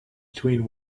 between